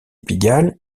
pigalle